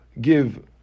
give